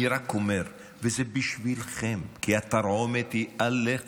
אני רק אומר, וזה בשבילכם, כי התרעומת היא עליכם,